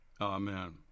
Amen